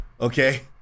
Okay